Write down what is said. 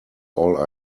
all